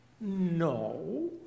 no